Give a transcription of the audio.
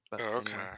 okay